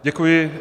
Děkuji.